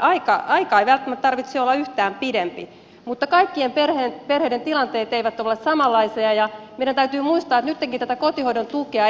ajan ei välttämättä tarvitse olla yhtään pidempi mutta kaikkien perheiden tilanteet eivät ole samanlaisia ja meidän täytyy muistaa että nyttenkin esimerkiksi tätä kotihoidon tukea